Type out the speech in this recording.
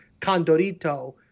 Condorito